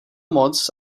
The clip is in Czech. moc